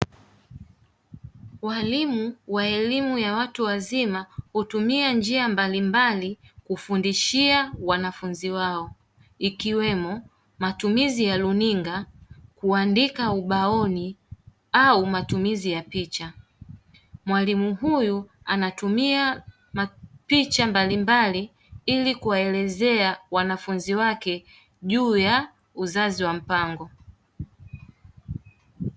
Walimu wa elimu ya watu wazima hutumia njia mbalimbali kufundishia wanafunzi wao ikiwemo; matumizi ya runinga kuandika ubaoni au matumizi ya picha. Mwalimu huyu anatumia picha mbalimballi ili kuwaelezea wanafunzi wake juu ya uzazi wa mpango.